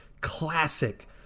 classic